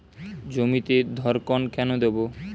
জমিতে ধড়কন কেন দেবো?